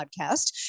podcast